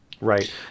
Right